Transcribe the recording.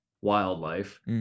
wildlife